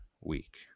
week